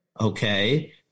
okay